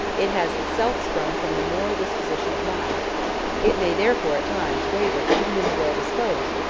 it has itself sprung from the moral disposition of mind it may therefore at times waver even in the well-disposed,